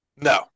No